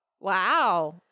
Wow